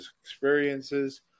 experiences